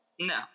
no